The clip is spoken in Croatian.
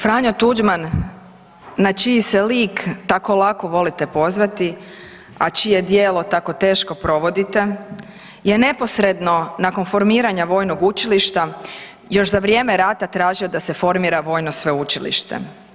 Franjo Tuđman na čiji se lik tako lako volite pozvati, a čije djelo tako teško provodite je neposredno nakon formiranja vojnog učilišta još za vrijeme rata tražio da se formira vojno sveučilište.